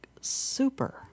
super